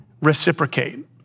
reciprocate